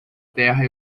terra